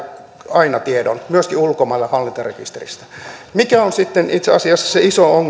aina tiedon myöskin ulkomailla hallintarekisteristä itse asiassa